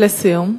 ולסיום?